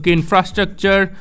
infrastructure